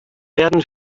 werden